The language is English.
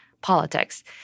politics